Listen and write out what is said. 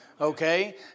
okay